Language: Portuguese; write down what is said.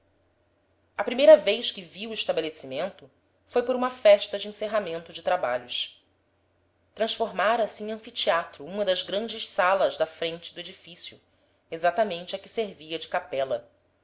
a primeira vez que vi o estabelecimento foi por uma festa de encerramento de trabalhos transformara-se em anfiteatro uma das grandes salas da frente do edifício exatamente a que servia de capela